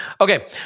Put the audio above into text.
Okay